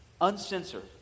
Uncensored